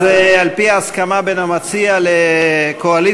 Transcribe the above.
על-פי ההסכמה בין המציע לקואליציה,